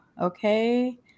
okay